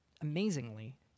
amazingly